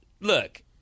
look